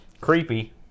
Creepy